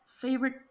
favorite